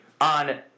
on